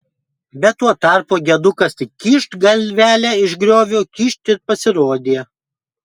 bet tuo tarpu gedukas tik kyšt galvelę iš griovio kyšt ir pasirodė